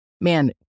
man